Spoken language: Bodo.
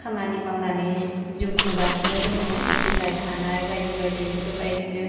खामानि मावनानै जिउ खुंगासिनो दङ बिलाइ खानाय बायदि बायदि बिफोरबायदिनो